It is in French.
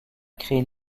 créer